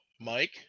Mike